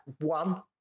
one